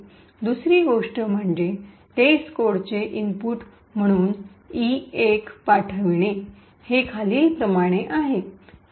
दुसरी गोष्ट म्हणजे टेस्टकोडचे इनपुट म्हणून ई१ पाठविणे हे खालीलप्रमाणे आहे